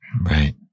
Right